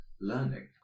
learning